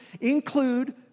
include